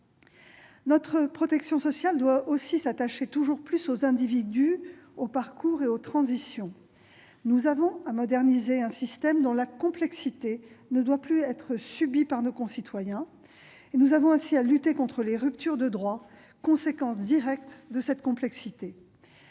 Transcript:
Notre protection sociale doit aussi s'attacher toujours plus aux individus, aux parcours et aux transitions. Nous devons moderniser un système dont la complexité ne doit plus être subie par nos concitoyens et lutter ainsi contre les ruptures de droits, conséquence directe de cette complexité.